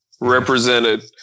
represented